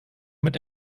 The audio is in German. mit